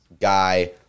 guy